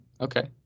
Okay